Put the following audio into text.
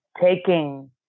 taking